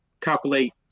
calculate